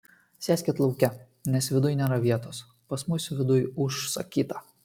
sėskit lauke nes viduj nėra vietos pas mus viduj užsakyta